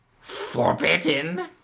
Forbidden